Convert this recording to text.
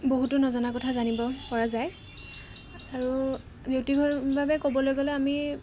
বহুতো নজনা কথা জানিব পৰা যায় আৰু ব্যক্তিগতভাৱে ক'বলৈ গ'লে আমি